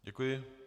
Děkuji.